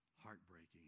heartbreaking